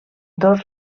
dos